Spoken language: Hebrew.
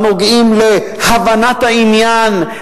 הנוגעים להבנת העניין,